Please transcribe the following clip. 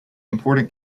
important